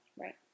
Right